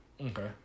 Okay